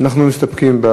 אנחנו מסתפקים.